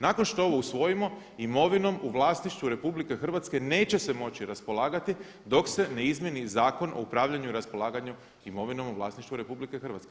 Nakon što ovo usvojimo imovinom u vlasništvu RH neće se moći raspolagati dok se ne izmijeni Zakon o upravljanju i raspolaganju imovinom u vlasništvu RH.